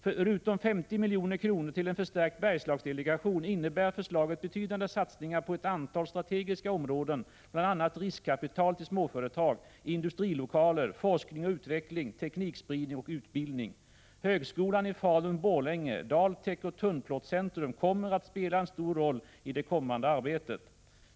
Förutom 50 milj.kr. till en förstärkt Bergslagsdelegation innebär förslaget betydande satsningar på ett antal strategiska områden, bl.a. riskkapital till småföretag, industrilokaler, forskning och utveckling, teknikspridning och utbildning. Högskolan i Falun/Borlänge, DALTEK och Tunnplåtscentret kommer att spela en stor roll i det kommande arbetet.